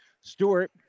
Stewart